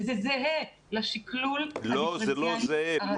וזה זהה לשקלול --- זה לא זהה.